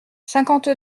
cinquante